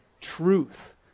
truth